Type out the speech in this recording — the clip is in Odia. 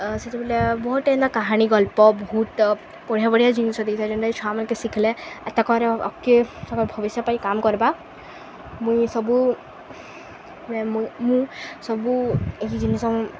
ସେତେବେଳେ ବହୁତଟେ ଏନ୍ତା କାହାଣୀ ଗଳ୍ପ ବହୁତ ବଢ଼ିଆ ବଢ଼ିଆ ଜିନିଷ ଦେଇଥାଏ ଯେନ୍ଟାକେ ଛୁଆମାନକେ ଶିଖିଲେ ଏ ତା' କରେ ଅକେ ସରେ ଭବିଷ୍ୟ ପାଇଁ କାମ କରିବା ମୁଇଁ ସବୁ ମୁଁ ସବୁ ଏହି ଜିନିଷ